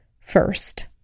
First